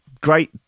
great